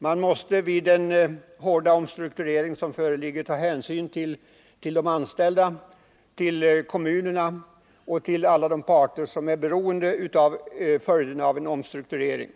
Man måste vid den hårda omstrukturering som man står inför ta hänsyn till de anstä Ida, till kommunerna och till alla de parter som är beroende av följderna av en omstrukturering.